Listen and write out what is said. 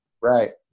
Right